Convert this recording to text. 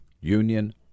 union